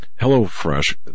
HelloFresh